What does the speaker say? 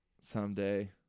Someday